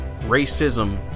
racism